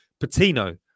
Patino